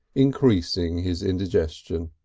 increasing his indigestion.